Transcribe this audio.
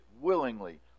willingly